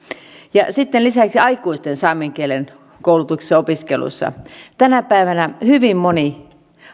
lisäksi aikuisten saamen kielen koulutuksessa opiskelusta tänä päivänä hyvin moni